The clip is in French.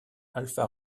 alfa